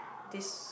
this